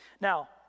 Now